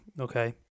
okay